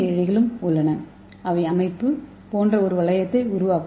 ஏ இழைகளும் உள்ளன அவை அமைப்பு போன்ற ஒரு வளையத்தை உருவாக்கும்